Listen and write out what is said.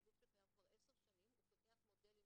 זה גוף שקיים כבר 10 שנים, הוא פיתח מודלים